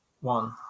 One